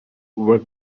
were